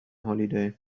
holiday